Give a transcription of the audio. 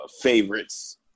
favorites